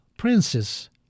princes